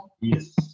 Yes